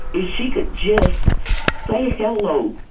if she could just say hello.